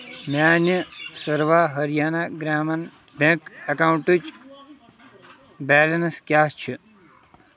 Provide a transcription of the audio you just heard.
میانہِ سروا ۂریانہ گرٛامیٖن بیٚنٛک اکاونٹٕچ بیلنس کیٛاہ چھِ